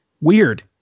Weird